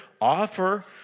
offer